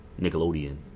Nickelodeon